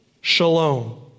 shalom